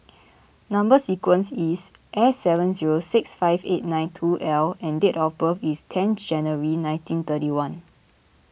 Number Sequence is S seven zero six five eight nine two L and date of birth is ten January nineteen thirty one